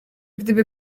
gdyby